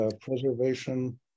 preservation